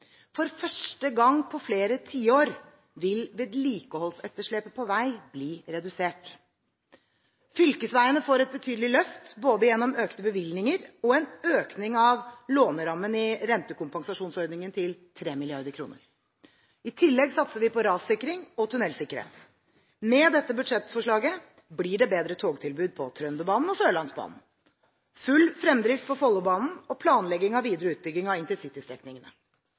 For første gang på flere tiår vil vedlikeholdsetterslepet på vei bli redusert. Fylkesveiene får et betydelig løft, gjennom både økte bevilgninger og en økning av lånerammen i rentekompensasjonsordningen til 3 mrd. kr. I tillegg satser vi på rassikring og tunnelsikkerhet. Med dette budsjettforslaget blir det bedre togtilbud på Trønderbanen og Sørlandsbanen, full fremdrift på Follobanen og planlegging av videre utbygging av intercitystrekningene.